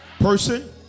person